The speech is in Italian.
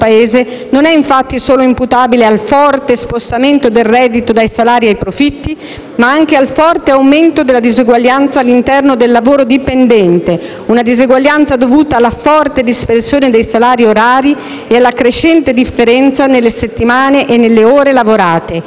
non è infatti solo imputabile al forte spostamento del reddito dai salari ai profitti, ma anche al forte aumento della disuguaglianza all'interno del lavoro dipendente, una disuguaglianza dovuta alla forte dispersione dei salari orari e alla crescente differenza nelle settimane e nelle ore lavorate.